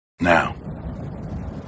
Now